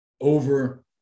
over